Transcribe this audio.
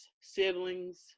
siblings